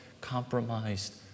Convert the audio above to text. compromised